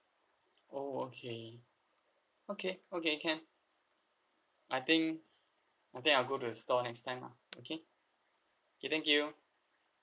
oh okay okay okay can I think I think I'll go to the store next time lah okay okay thank you